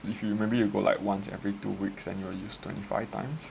if you maybe you go like once every two weeks and you are use twenty five times